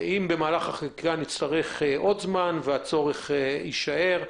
אם במהלך החקיקה נצטרך עוד זמן, והצורך יישאר,